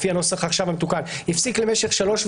לפי הנוסח המתוקן עכשיו,